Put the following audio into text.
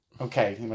Okay